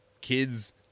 kids